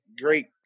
great